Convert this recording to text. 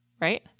Right